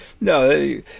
No